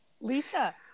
Lisa